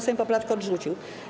Sejm poprawkę odrzucił.